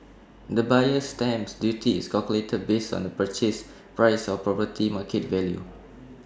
the buyer's stamp duty is calculated based on the purchase price or property's market value